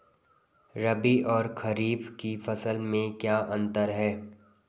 रबी और खरीफ की फसल में क्या अंतर है?